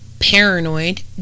paranoid